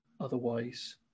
otherwise